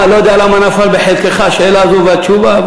לא יודע למה נפלה בחלקך השאלה הזו והתשובה,